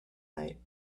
night